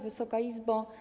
Wysoka Izbo!